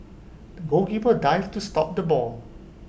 the goalkeeper dived to stop the ball